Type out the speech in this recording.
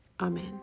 Amen